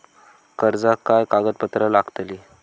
कर्जाक काय कागदपत्र लागतली?